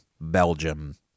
Belgium